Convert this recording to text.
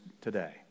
today